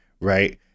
right